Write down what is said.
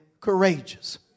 courageous